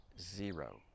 zero